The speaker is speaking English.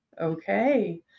okay